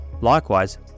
Likewise